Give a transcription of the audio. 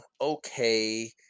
okay